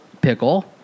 Pickle